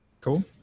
cool